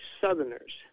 Southerners